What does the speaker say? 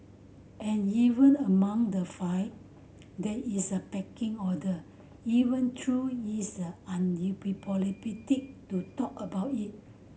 and even among the five there is a pecking order even though is undiplomatic to talk about it